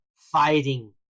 Fighting